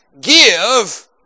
give